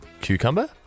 Cucumber